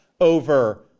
over